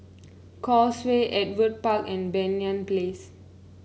Causeway Ewart Park and Banyan Place